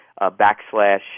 backslash